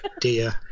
dear